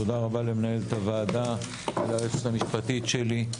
תודה רבה למנהלת הוועדה, ליועצת המשפטית שלי.